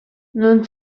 non